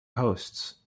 hosts